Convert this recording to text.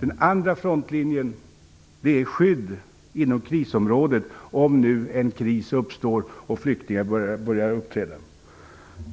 En frontlinje innebär skydd inom krisområden, om nu en kris uppstår och flyktingar börjar uppträda.